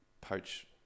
poach